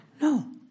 No